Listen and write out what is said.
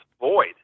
void